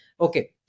okay